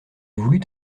voulut